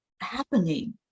happening